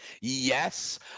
Yes